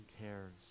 cares